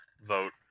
vote